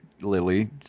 Lily